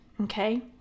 okay